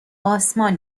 آسمان